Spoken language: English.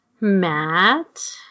Matt